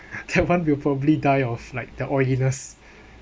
that one will probably die of like the oiliness